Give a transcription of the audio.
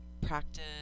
practice